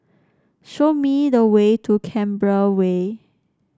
show me the way to Canberra Way